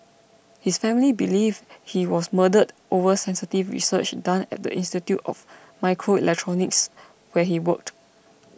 his family believe he was murdered over sensitive research done at the Institute of Microelectronics where he worked